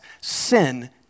sin